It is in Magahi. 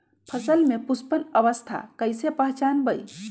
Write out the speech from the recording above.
फसल में पुष्पन अवस्था कईसे पहचान बई?